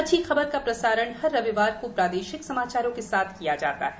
अच्छी खबर का प्रसारण हर रविवार को प्रादेशिक समाचारों के साथ किया जाता है